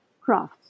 crafts